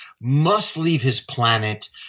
must-leave-his-planet